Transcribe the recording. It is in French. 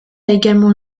également